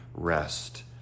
rest